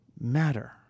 matter